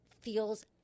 feels